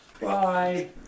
Bye